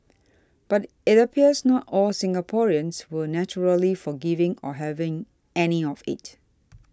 but it appears not all Singaporeans were naturally forgiving or having any of it